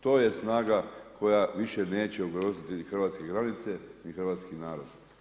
To je snaga koja više neće ugroziti ni hrvatske granice, ni hrvatski narod.